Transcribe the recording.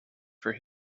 for